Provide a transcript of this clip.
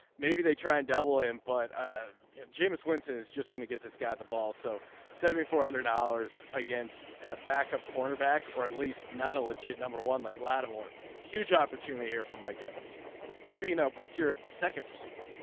maybe they try and double him but jameis winston is just going to get this guy the ball so seventy four hundred dollars against a backup quarterback or at least not a legit number one like lattimore huge opportunity here for mike evans peanut what's your second receiver